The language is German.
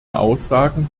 aussagen